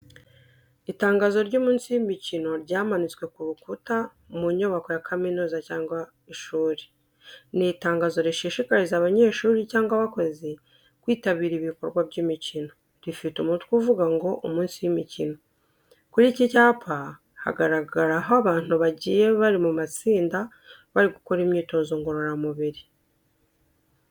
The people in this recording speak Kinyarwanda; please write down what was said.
Itangazo ry’umunsi w’imikino ryamanitswe ku rukuta mu nyubako ya kaminuza cyangwa ishuri. Ni itangazo rishishikariza abanyeshuri cyangwa abakozi kwitabira ibikorwa by'imikino. Rifite umutwe uvuga ngo umunsi w’imikino. Kuri iki cyapa hagaragaraho abantu bagiye bari mu matsinda bari gukora imyitozo ngororamubiri.